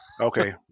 Okay